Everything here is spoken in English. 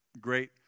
great